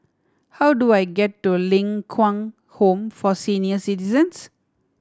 how do I get to Ling Kwang Home for Senior Citizens